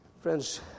Friends